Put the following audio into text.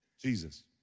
Jesus